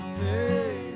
Hey